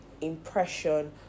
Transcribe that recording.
impression